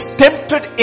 tempted